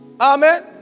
Amen